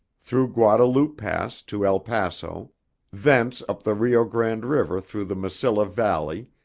through guadaloupe pass to el paso thence up the rio grande river through the mesilla valley,